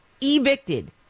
evicted